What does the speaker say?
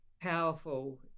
powerful